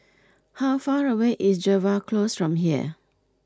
how far away is Jervois Close from here